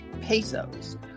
pesos